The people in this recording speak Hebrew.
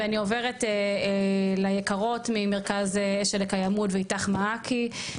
ואני עוברת ליקרות ממרכז השל לקיימות ו"איתך מעכי".